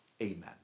amen